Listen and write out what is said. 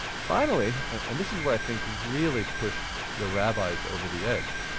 finally, and this is what i think really pushed the rabbis over the edge,